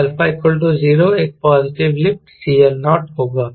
तो α 0 एक positive lift CL0 होगा